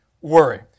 worry